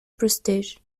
prestige